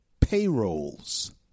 payrolls